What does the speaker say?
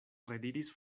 rediris